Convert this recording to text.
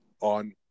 on